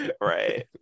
Right